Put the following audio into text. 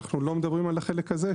אנו לא מדברם על החלק הזה.